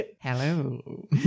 Hello